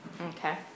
Okay